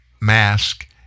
mask